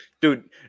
Dude